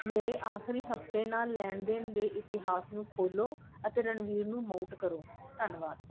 ਮੇਰੇ ਆਖਰੀ ਹਫ਼ਤੇ ਨਾਲ ਲੈਣ ਦੇਣ ਦੇ ਇਤਿਹਾਸ ਨੂੰ ਖੋਲ੍ਹੋ ਅਤੇ ਰਣਬੀਰ ਨੂੰ ਮਾਊਟ ਕਰੋ ਧੰਨਵਾਦ